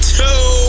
two